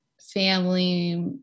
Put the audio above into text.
family